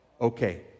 okay